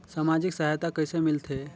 समाजिक सहायता कइसे मिलथे?